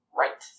right